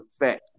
effect